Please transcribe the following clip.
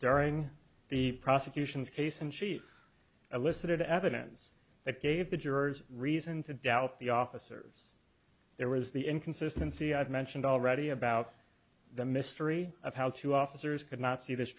during the prosecution's case in chief elicited evidence that gave the jurors reason to doubt the officers there was the inconsistency i've mentioned already about the mystery of how two officers could not see this